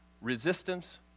Resistance